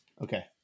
Okay